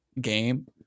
game